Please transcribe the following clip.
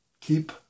keep